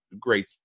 great